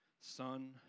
son